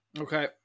Okay